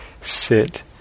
sit